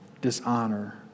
dishonor